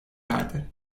verdi